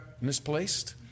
misplaced